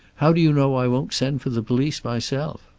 how do you know i won't send for the police myself?